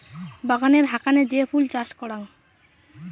বাগানের হাকানে যে ফুল চাষ করাং